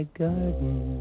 garden